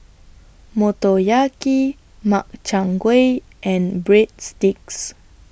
Motoyaki Makchang Gui and Breadsticks